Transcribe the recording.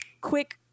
quick